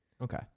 Okay